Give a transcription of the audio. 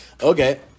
okay